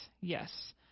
yes